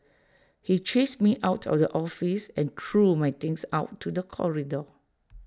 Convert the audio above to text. he chased me out of the office and threw my things out to the corridor